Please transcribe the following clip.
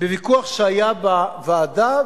בוויכוח שהיה בוועדה,